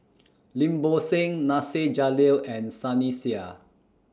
Lim Bo Seng Nasir Jalil and Sunny Sia